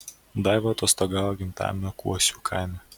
daiva atostogavo gimtajame kuosių kaime